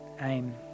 aim